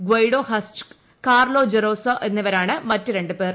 Guido Haschk Carlo Gerosa എന്നിവരാണ് മറ്റ് രണ്ടുപേർ